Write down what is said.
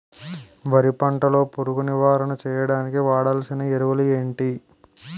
వరి పంట లో పురుగు నివారణ చేయడానికి వాడాల్సిన ఎరువులు ఏంటి?